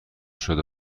شده